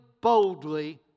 boldly